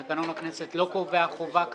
תקנון הכנסת לא קובע חובה כזאת.